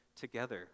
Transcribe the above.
together